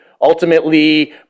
ultimately